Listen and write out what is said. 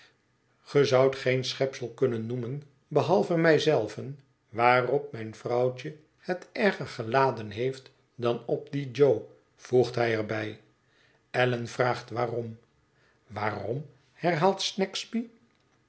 geen schepsel kunnen noemen behalve mij zelven waarop mijn vrouwtje het erger geladen heeft dan op dien jo voegt hij er bij allan vraagt waarom waarom herhaalt